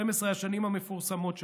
12 השנים המפורסמות שלכם.